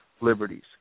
liberties